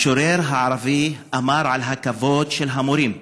המשורר הערבי אמר על הכבוד של המורים: